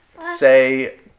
Say